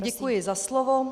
Děkuji za slovo.